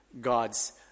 God's